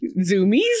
zoomies